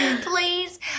please